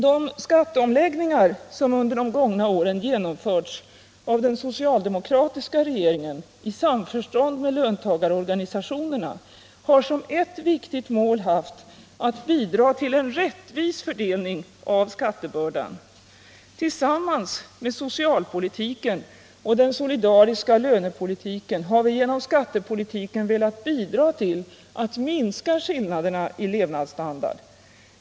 De skatteomläggningar som under de gångna åren genomförts av den socialdemokratiska regeringen i samförstånd med löntagarorganisationerna har som ett viktigt mål haft att bidra till en rättvis fördelning av skattebördan. Tillsammans med socialpolitiken och den solidariska lönepolitiken har vi genom skattepolitiken velat bidra till att minska skillnaderna i levnadsstandard.